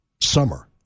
summer